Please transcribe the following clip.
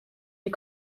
die